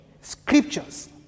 scriptures